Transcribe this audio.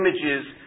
images